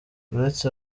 uretse